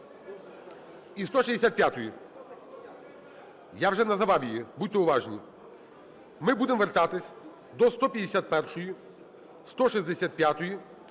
І 165-ї. Я вже називав її, будьте уважні. Ми будемо вертатися до 151-ї, 165-ї,